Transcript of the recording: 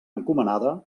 encomanada